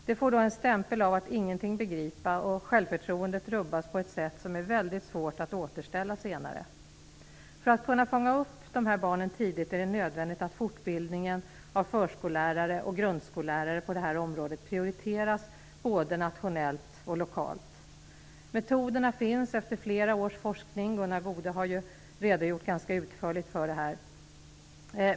De får då stämpeln att de ingenting begriper, och självförtroendet rubbas på ett sätt som är väldigt svårt att återställa senare. För att kunna fånga upp dessa barn tidigt är det nödvändigt att fortbildningen av förskollärare och grundskollärare på detta område prioriteras både nationellt och lokalt. Metoderna finns efter flera års forskning. Gunnar Goude har ju här redogjort för detta ganska utförligt.